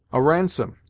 a ransom!